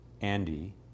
Andy